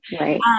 Right